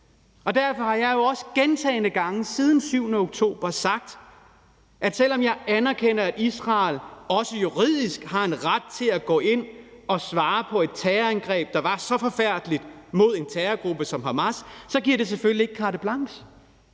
og derfor har jeg jo også gentagne gange siden den 7. oktober sagt, at det, selv om jeg også anerkender, at Israel juridisk har en ret til at gå ind og svare på et terrorangreb, der var så forfærdeligt, mod en terrorgruppe som Hamas, så selvfølgelig ikke giver Israel